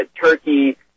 Turkey